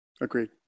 Agreed